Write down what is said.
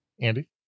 Andy